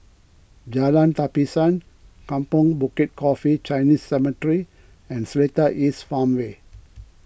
Jalan Tapisan Kampong Bukit Coffee Chinese Cemetery and Seletar East Farmway